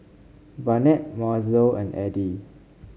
Barnett Mozell and Eddy